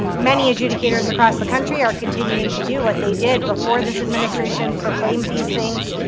um many adjudicators across the country are continuing to do what they did before this administration proclaimed these things,